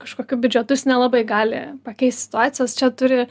kažkokiu biudžetu jis nelabai gali pakeist situacijos čia turi